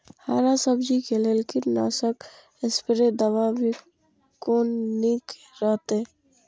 हरा सब्जी के लेल कीट नाशक स्प्रै दवा भी कोन नीक रहैत?